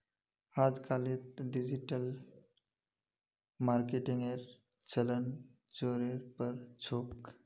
अजकालित डिजिटल मार्केटिंगेर चलन ज़ोरेर पर छोक